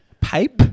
pipe